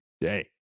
day